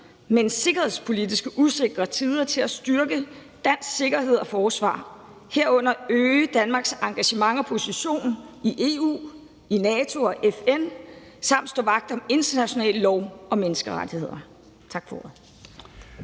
men sikkerhedspolitisk usikre – tider til at styrke dansk sikkerhed og forsvar, herunder øge Danmarks engagement og position i EU, NATO og FN samt stå vagt om international lov og menneskerettigheder.«